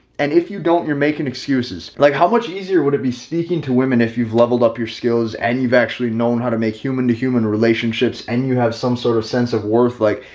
and if you don't, you're making excuses like how much easier would it be speaking to women, if you've leveled up your skills and you've actually known how to make human to human relationships and you have some sort of sense of worth like,